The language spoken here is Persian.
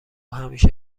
همیشه